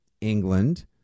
England